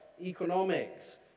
economics